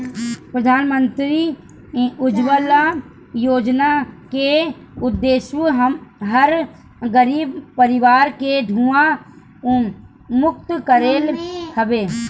प्रधानमंत्री उज्ज्वला योजना के उद्देश्य हर गरीब परिवार के धुंआ मुक्त कईल हवे